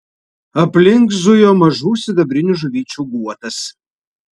aplink zujo mažų sidabrinių žuvyčių guotas